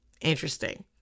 Interesting